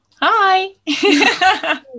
Hi